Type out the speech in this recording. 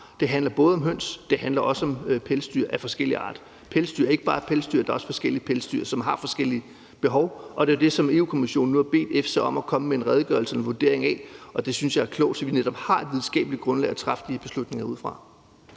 det handler både om høns og om pelsdyr af forskellig art. Pelsdyr er ikke bare pelsdyr; der er også forskellige pelsdyr, og de har forskellige behov, og det er det, som Europa-Kommissionen nu har bedt EFSA om at komme med en redegørelse om og vurdering af, og det synes jeg er klogt, så vi netop har et videnskabeligt grundlag at træffe de her beslutninger ud fra.